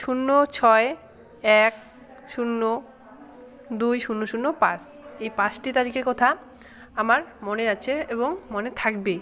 শূন্য ছয় এক শূন্য দুই শূন্য শূন্য পাঁচ এই পাঁচটি তারিখের কথা আমার মনে আছে এবং মনে থাকবে